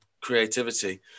creativity